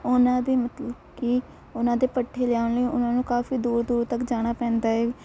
ਉਹਨਾਂ ਦੀ ਮਤਲਬ ਕਿ ਉਹਨਾਂ ਦੇ ਪੱਠੇ ਲਿਆਉਣ ਲਈ ਉਹਨਾਂ ਨੂੰ ਕਾਫੀ ਦੂਰ ਦੂਰ ਤੱਕ ਜਾਣਾ ਪੈਂਦਾ ਏ